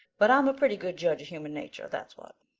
but i'm a pretty good judge of human nature, that's what.